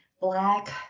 Black